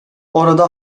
orada